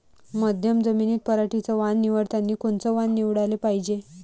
मध्यम जमीनीत पराटीचं वान निवडतानी कोनचं वान निवडाले पायजे?